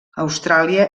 austràlia